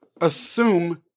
assume